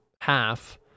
half